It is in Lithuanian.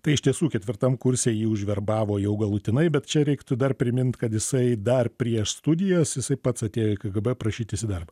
tai iš tiesų ketvirtam kurse jį užverbavo jau galutinai bet čia reiktų dar primint kad jisai dar prieš studijas jisai pats atėjo į kgb prašytis į darbą